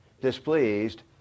Displeased